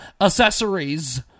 accessories